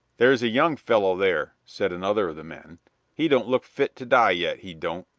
there's a young fellow there, said another of the men he don't look fit to die yet, he don't.